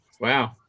wow